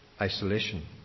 isolation